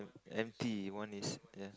empty one is a